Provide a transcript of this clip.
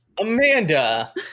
amanda